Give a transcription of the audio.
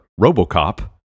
Robocop